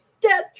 Death